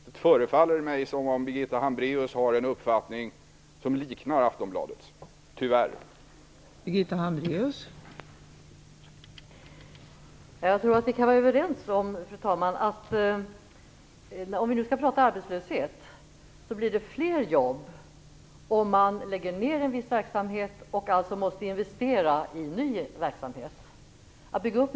Det förefaller mig som om Birgitta Hambraeus har en uppfattning som liknar Aftonbladets, tyvärr.